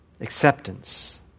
acceptance